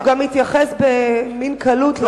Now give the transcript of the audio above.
כן, הוא גם התייחס במין קלות לקריקטורה.